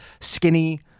skinny